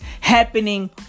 happening